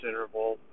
interval